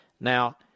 Now